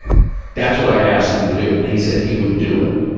that's what i asked him to do. and he said he would do it.